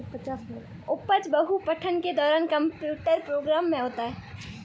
उपज बहु पठन के दौरान कंप्यूटर प्रोग्राम में होता है